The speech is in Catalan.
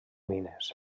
mines